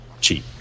cheap